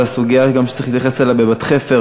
זה הסוגיה שצריך להתייחס אליה בבת-חפר,